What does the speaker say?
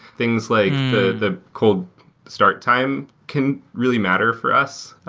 things like the the cold start time can really matter for us.